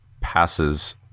passes